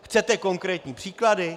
Chcete konkrétní příklady?